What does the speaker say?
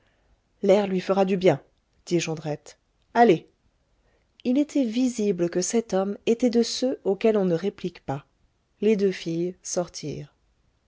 l'air lui fera du bien dit jondrette allez il était visible que cet homme était de ceux auxquels on ne réplique pas les deux filles sortirent